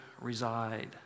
reside